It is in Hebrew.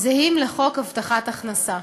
זהים לחוק הבטחת הכנסה.